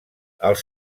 els